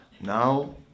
Now